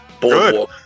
good